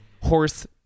horse